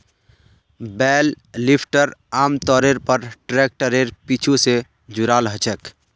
बेल lifter आमतौरेर पर ट्रैक्टरेर पीछू स जुराल ह छेक